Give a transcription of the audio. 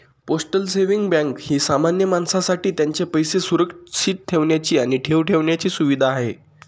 postal saving bank ही सामान्य माणसासाठी त्यांचे पैसे सुरक्षित ठेवण्याची आणि ठेव ठेवण्याची सुविधा आहे